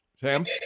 Sam